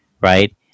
right